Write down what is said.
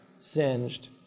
singed